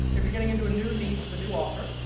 if you're getting into a new niche for the new offer,